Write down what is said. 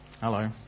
Hello